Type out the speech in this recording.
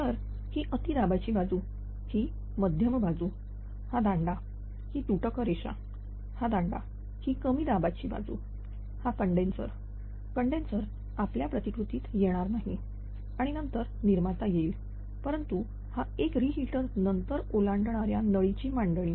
तर ही अति दाबाची बाजू की मध्यम बाजू हा दांडा आणि ही तुटक रेषा हा दांडा ही कमी दाबाची बाजू हा कंडेन्सर कंडेन्सर आपल्या प्रतिकृतीत येणार नाही आणि नंतर निर्माता येईल परंतु हा एक री हिटर नंतर ओलांडणाऱ्या नळीची मांडणी